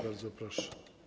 Bardzo proszę.